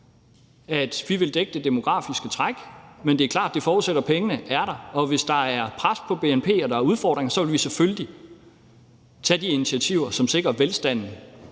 at vi vil dække det demografiske træk, men det er klart, at det forudsætter, at pengene er der, og hvis der er pres på bnp og der er udfordringer, vil vi selvfølgelig tage de initiativer, som sikrer, at velstanden